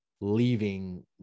leaving